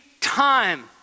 time